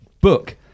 book